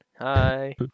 Hi